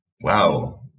Wow